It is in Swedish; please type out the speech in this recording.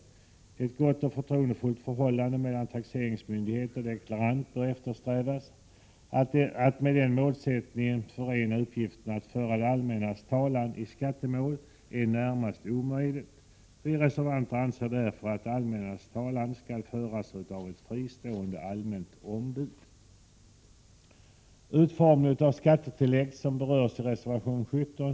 Ett gott och förtroendefullt förhållande mellan taxeringsmyndighet och dekla rant bör eftersträvas. Att med den målsättningen förena uppgiften att föra Prot. 1987/88:119 det allmännas talan i skattemål är närmast omöjligt. Vi reservanter anser 11 maj 1988 därför att det allmännas talan skall föras av ett fristående allmänt ombud. Utformningen av skattetillägg berörs i reservation 17.